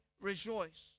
rejoice